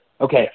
Okay